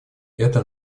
это